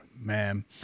man